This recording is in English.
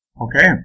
Okay